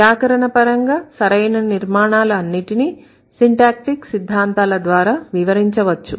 వ్యాకరణపరంగా సరైన నిర్మాణాలు అన్నిటిని సిన్టాక్టీక్ సిద్ధాంతాల ద్వారా వివరించవచ్చు